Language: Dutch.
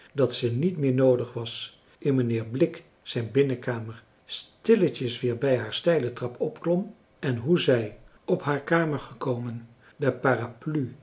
dat ze niet meer noodig was in mijnheer blik zijn binnenkamer stilletjes weer bij haar steile trap opklom en hoe zij op haar kamer gekomen de paraplu